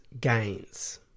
gains